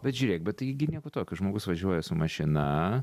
bet žiūrėk bet tai gi nieko tokio žmogus važiuoja su mašina